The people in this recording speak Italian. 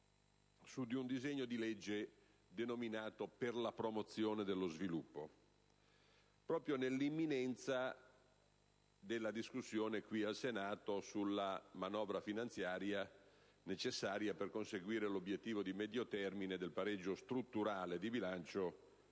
su un disegno di legge denominato per la promozione dello sviluppo, proprio nell'imminenza della discussione qui al Senato sulla manovra finanziaria necessaria per conseguire l'obiettivo di medio termine del pareggio strutturale di bilancio